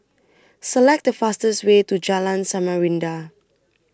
Select The fastest Way to Jalan Samarinda